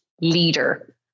leader